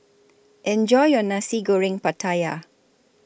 Enjoy your Nasi Goreng Pattaya